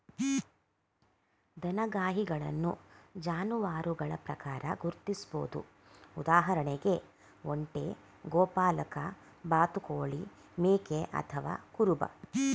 ದನಗಾಹಿಗಳನ್ನು ಜಾನುವಾರುಗಳ ಪ್ರಕಾರ ಗುರ್ತಿಸ್ಬೋದು ಉದಾಹರಣೆಗೆ ಒಂಟೆ ಗೋಪಾಲಕ ಬಾತುಕೋಳಿ ಮೇಕೆ ಅಥವಾ ಕುರುಬ